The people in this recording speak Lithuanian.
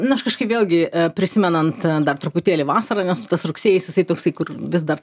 na aš kažkaip vėlgi prisimenant dar truputėlį vasarą nes tas rugsėjis jisai toksai kur vis dar